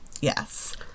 Yes